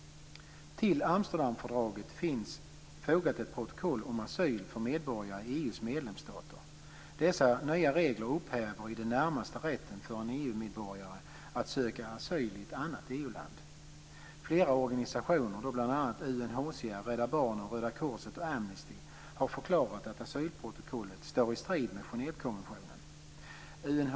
Till Amsterdamfördraget finns fogat ett protokoll om asyl för medborgare i EU:s medlemsstater. Dessa nya regler upphäver i det närmaste rätten för en EU medborgare att söka asyl i ett annat EU-land. Flera organisationer, bl.a. UNHCR, Rädda Barnen, Röda korset och Amnesty, har förklarat att asylprotokollet står i strid med Genèvekonventionen.